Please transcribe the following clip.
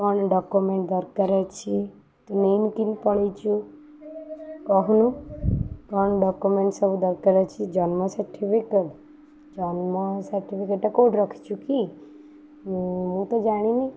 କ'ଣ ଡ଼କ୍ୟୁମେଣ୍ଟ ଦରକାର ଅଛି ତୁ ନେଇନୁ କେନ୍ତି ପଳେଇଛୁ କହୁନୁ କ'ଣ ଡ଼କ୍ୟୁମେଣ୍ଟ ସବୁ ଦରକାର ଅଛି ଜନ୍ମ ସାର୍ଟିଫିକେଟ୍ ଜନ୍ମ ସାର୍ଟିଫିକେଟ୍ଟା କେଉଁଠି ରଖିଛୁ କି ମୁଁ ତ ଜାଣିନି